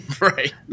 Right